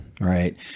right